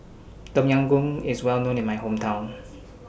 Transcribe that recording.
Tom Yam Goong IS Well known in My Hometown